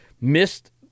missed